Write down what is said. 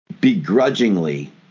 begrudgingly